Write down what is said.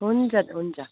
हुन्छ हुन्छ